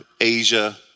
Asia